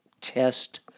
test